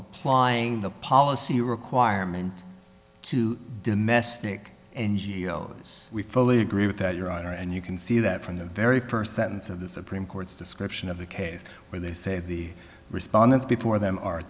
applying the policy requirement to domestic and geos we fully agree with that your honor and you can see that from the very first sentence of the supreme court's description of the case where they say the respondents before them are